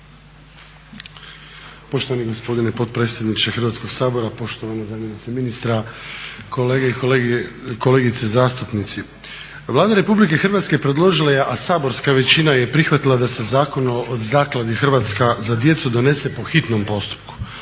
Poštovani gospodine potpredsjedniče Hrvatskog sabora, poštovana zamjenice ministra, kolegice i kolege zastupnici. Vlada RH predložila je, a saborska većina je prihvatila da se Zakon o Zakladi "Hrvatska za djecu" donese po hitnom postupku.